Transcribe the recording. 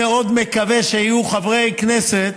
אז אני מאוד מקווה שיהיו חברי כנסת